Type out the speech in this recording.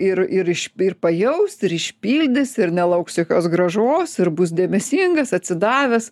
ir ir išp ir pajaus ir išpildys ir nelauks jokios grąžos ir bus dėmesingas atsidavęs